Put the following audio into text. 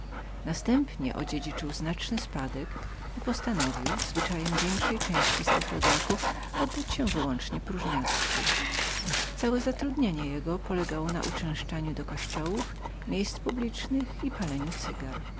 następnie odziedziczył niespodziewany spadek i postanowił zwyczajem większej części jego rodaków oddać się wyłącznie próżniactwu za całe zatrudnienie uczęszczał do kościołów miejsc publicznych i palił